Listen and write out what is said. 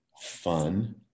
fun